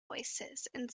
voicesand